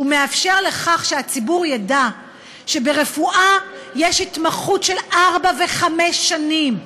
הוא מאפשר שהציבור ידע שברפואה יש התמחות של ארבע וחמש שנים,